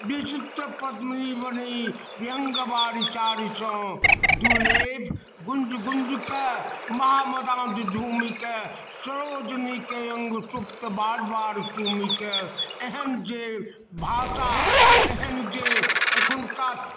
विचित्र पदमिनी बनी व्यंग्य बारी चारी च दुरेत गुञ्ज गुञ्ज कऽ मा मदानी झूमी कऽ सरोदनीके अङ्ग सुप्त बार बार चूमिके एहन जे भाषा एहन जे अखनुका